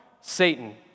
Satan